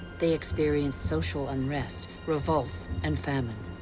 they experienced social unrest, revolts and famine.